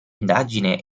indagine